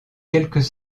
quelques